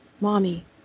Mommy